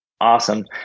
awesome